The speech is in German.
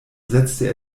setzte